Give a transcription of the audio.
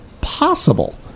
possible